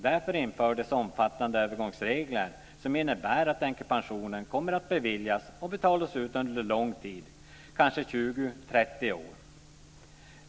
Därför infördes omfattande övergångsregler som innebär att änkepension kommer att beviljas och betalas ut under en lång tid, kanske 20-30 år.